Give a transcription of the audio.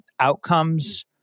outcomes